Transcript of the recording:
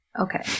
Okay